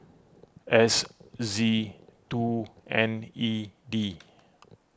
S Z two N E D